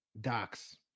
Doc's